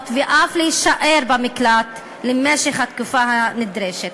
ואף להישאר במקלט למשך התקופה הנדרשת.